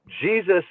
jesus